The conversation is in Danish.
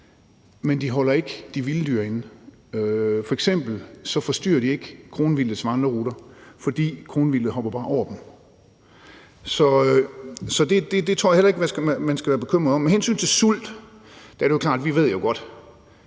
Men de holder ikke de vilde dyr inde. F.eks. forstyrrer de ikke kronvildtets vandreruter, fordi kronvildtet bare hopper over dem. Så det tror jeg heller ikke man skal være bekymret over. Med hensyn til sult er det jo klart, at vi godt